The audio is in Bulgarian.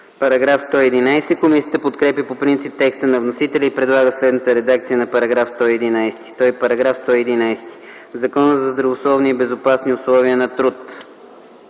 По § 111 комисията подкрепя по принцип текста на вносителя и предлага следната редакция на § 111: „§ 111. В Закона за здравословни и безопасни условия на труд